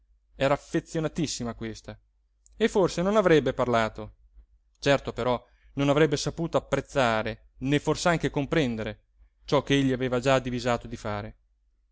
era affezionatissima a questa e forse non avrebbe parlato certo però non avrebbe saputo apprezzare né fors'anche comprendere ciò che egli aveva già divisato di fare